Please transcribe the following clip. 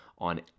on